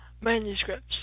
manuscripts